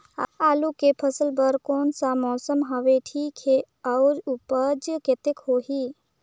आलू के फसल बर कोन सा मौसम हवे ठीक हे अउर ऊपज कतेक होही?